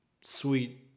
sweet